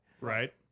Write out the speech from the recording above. Right